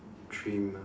dream ah